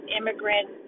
immigrant